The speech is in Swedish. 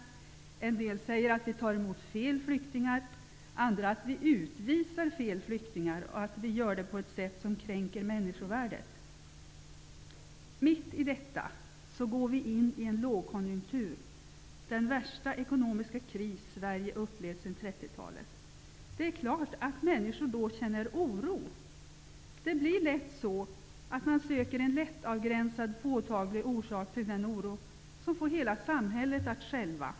En del säger att vi tar emot fel flyktingar. Andra säger att vi utvisar fel flyktingar och att vi gör det på ett sätt som kränker människovärdet. Mitt i detta går vi in i en lågkonjunktur, den värsta ekonomiska kris som Sverige har upplevt sedan 30 talet. Det är klart att människor känner oro. Det blir lätt så att man söker en lättavgränsad, påtaglig orsak till den oro som får hela samhället att skälva.